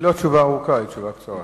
היא לא תשובה ארוכה, היא תשובה קצרה.